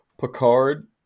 Picard